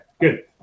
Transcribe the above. Good